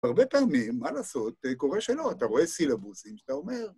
הרבה פעמים, מה לעשות? קורה שלא, אתה רואה סילבוסים, שאתה אומר.